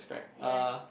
yup